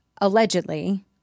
allegedly